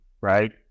right